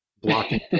blocking